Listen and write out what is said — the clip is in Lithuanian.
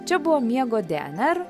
čia buvo miego dnr